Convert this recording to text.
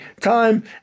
time